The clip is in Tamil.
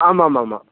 ஆமாம்மா ஆமாம்